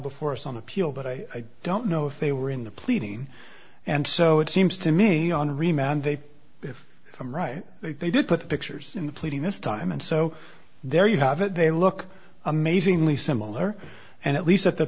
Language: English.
before us on appeal but i don't know if they were in the pleading and so it seems to me on remand they if i'm right they did put the pictures in the pleading this time and so there you have it they look amazingly similar and at least at the